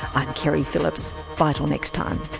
i'm keri phillips. bye, till next time